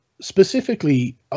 specifically